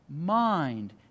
mind